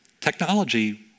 Technology